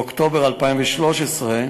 באוקטובר 2013,